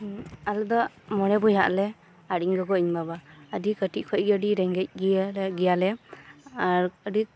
ᱟᱞᱮᱫᱚ ᱢᱚᱲᱮ ᱵᱚᱭᱦᱟᱜ ᱟᱞᱮ ᱟᱨ ᱤᱧ ᱜᱚᱜᱚ ᱤᱧ ᱵᱟᱵᱟ ᱟᱹᱰᱤ ᱠᱟᱹᱴᱤᱡ ᱠᱷᱚᱡ ᱜᱤ ᱟᱹᱰᱤ ᱨᱮᱸᱜᱮᱡ ᱜᱮᱭᱟᱞᱮ ᱟᱨ ᱟᱹᱰᱤ